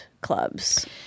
clubs